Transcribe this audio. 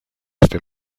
este